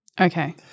Okay